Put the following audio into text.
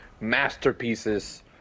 masterpieces